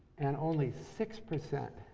and only six percent